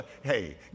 Hey